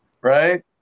right